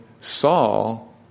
Saul